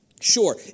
Sure